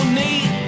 need